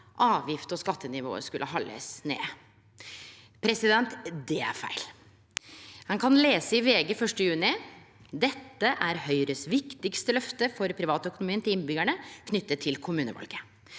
avgifts- og skattenivåa skulle haldast nede. Det er feil. Ein kan lese i VG 1. juni: «Dette er Høyres viktigste løfte for privatøkonomien til innbyggerne knyttet til kommunevalget: